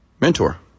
mentor